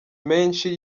menshi